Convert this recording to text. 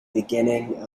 beginning